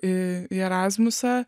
į erasmusą